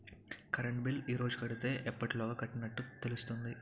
Current bill ఈ రోజు కడితే ఎప్పటిలోగా కట్టినట్టు తెలుస్తుంది?